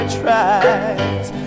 tries